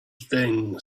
thing